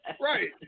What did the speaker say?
Right